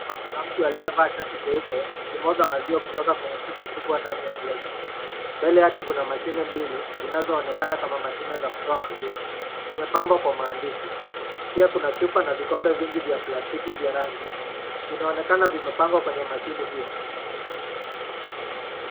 Hapa kuna mtu aliyevaa shati jeupe akimwaga maziwa kutoka kwenye chupa kubwa ndani ya glesi. Mbele yake kuna mashine mbili zinazoonekana kama mashine za kutoa maziwa. Zimepambwa kwa maandishi, pia kuna chupa na vikombe vingi vya plastiki vya rangi, inaonekana vimepangwa kwenye mashine hiyo.